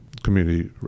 community